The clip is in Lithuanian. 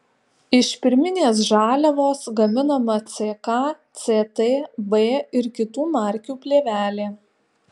iš pirminės žaliavos gaminama ck ct b ir kitų markių plėvelė